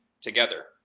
together